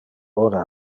ora